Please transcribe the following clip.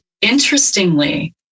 interestingly